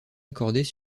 accordées